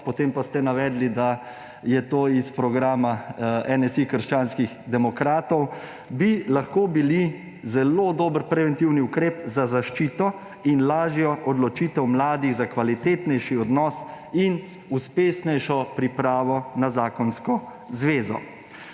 potem pa ste navedli, da je to iz programa NSi – krščanskih demokratov; bi lahko bili zelo dober preventivni ukrep za zaščito in lažjo odločitev mladih za kvalitetnejši odnos in uspešnejšo pripravo na zakonsko zvezo.